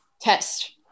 test